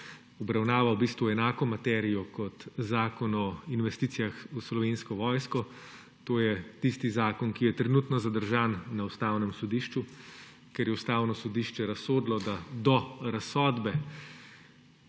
obravnava enako materijo kot zakon o investicijah v Slovenski vojski, to je tisti zakon, ki je trenutno zadržan na Ustavnem sodišču, ker je Ustavno sodišče razsodilo, da do razsodbe